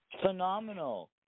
phenomenal